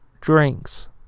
drinks